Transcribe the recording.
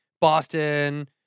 Boston